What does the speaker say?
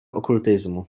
okultyzmu